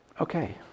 okay